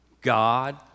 God